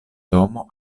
domo